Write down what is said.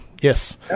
Yes